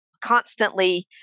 constantly